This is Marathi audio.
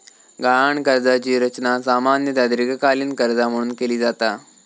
गहाण कर्जाची रचना सामान्यतः दीर्घकालीन कर्जा म्हणून केली जाता